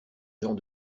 gens